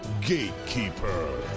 Gatekeeper